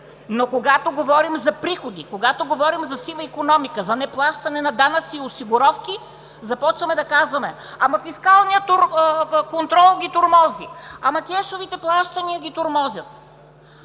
Но когато говорим за приходи, когато говорим за сива икономика, за неплащане на данъци и осигуровки, започваме да казваме: „Ама, фискалният контрол ги тормози, ама, кешовите плащания ги тормозят!“.